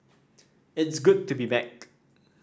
it's good to be back